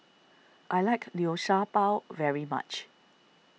I like Liu Sha Bao very much